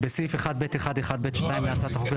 בסעיף 1(ב1)(1)(ב)(2) להצעת החוק,